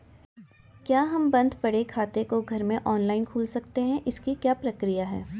क्या हम बन्द पड़े खाते को घर में ऑनलाइन खोल सकते हैं इसकी क्या प्रक्रिया है?